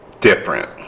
different